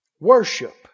Worship